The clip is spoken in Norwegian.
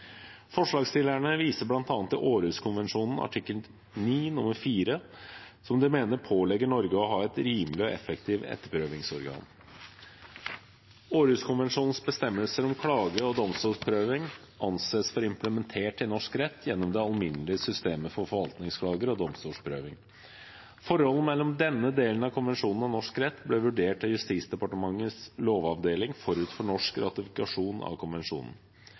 Forslagsstillerne viser bl.a. til Århuskonvensjonen artikkel 9 nr. 4, som de mener pålegger Norge å ha et rimelig og effektivt overprøvingsorgan. Århuskonvensjonens bestemmelser om klage og domstolsprøving anses for implementert i norsk rett gjennom det alminnelige systemet for forvaltningsklager og domstolsprøving. Forholdet mellom denne delen av konvensjonen og norsk rett ble vurdert av Justisdepartementets lovavdeling forut for norsk ratifikasjon av konvensjonen.